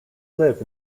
live